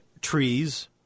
trees